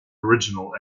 original